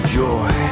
joy